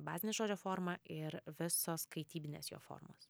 bazinė žodžio forma ir visos kaitybinės jo formos